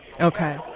Okay